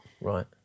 Right